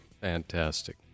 fantastic